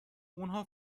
اونها